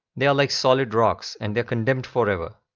they are like solid rocks and they are condemned forever.